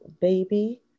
baby